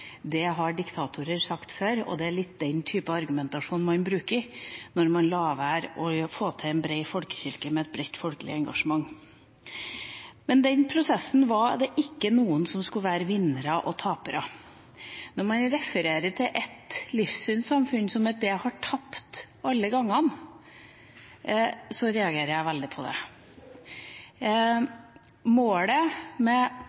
Det har diktatorer sagt før, og det er litt den type argumentasjon man bruker når man lar være å få til en bred folkekirke med et bredt folkelig engasjement. Med den prosessen var det ikke noen som skulle være vinnere og tapere. Når man refererer til at ett livssynssamfunn har tapt alle gangene, reagerer jeg veldig på det. Målet